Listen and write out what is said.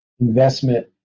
investment